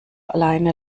alleine